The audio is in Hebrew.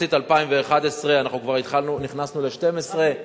במחצית 2011, אנחנו כבר נכנסנו ל-2012.